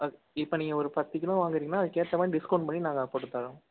அது இப்போ நீங்கள் ஒரு பத்து கிலோ வாங்குறீங்கன்னா அதுக்கேத்தமாதிரி டிஸ்கவுண்ட் பண்ணி நாங்கள் போட்டுத்தரோம்